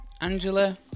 Angela